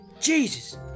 Jesus